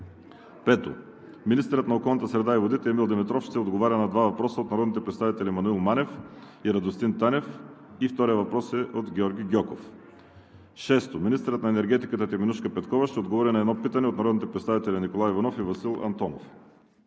5. Министърът на околната среда и водите Емил Димитров ще отговаря на два въпроса – от народните представители Маноил Манев и Радостин Танев, вторият въпрос е от Георги Гьоков. 6. Министърът на енергетиката Теменужка Петкова ще отговори на едно питане от народните представители Николай Иванов и Васил Антонов.